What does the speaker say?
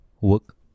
work